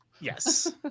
Yes